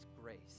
grace